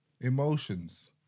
emotions